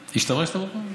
השתמשת בו פעם?